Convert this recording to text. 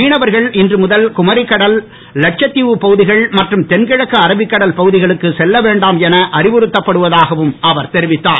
மீனவர்கள் இன்று முதல் குமரி கடல் லட்சத்திவு பகுதிகள் மற்றும் தென்கிழக்கு அரபிக்கடல் பகுதிகளுக்கு செல்ல வேண்டாம் என அறிவுறுத்தப்படுவதாகவும் அவர் தெரிவித்தார்